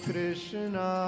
Krishna